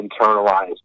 internalized